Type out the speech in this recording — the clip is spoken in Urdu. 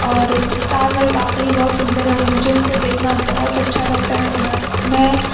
اور تاج محل واقعی بہت سندر ہے مجھے اسے دیکھنا بہت اچھا لگتا ہے میں میں